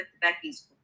Becky's